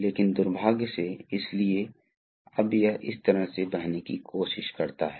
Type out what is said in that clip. तोआम तौर पर पंप इसलिए एक बैटरी की तरह है जबकि मोटर लोड को नापसंद करता है